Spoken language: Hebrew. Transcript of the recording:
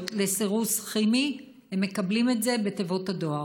לסירוס כימי והם מקבלים את זה בתיבות הדואר?